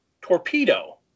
torpedo